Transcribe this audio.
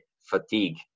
fatigue